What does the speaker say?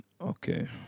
Okay